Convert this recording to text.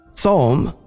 Psalm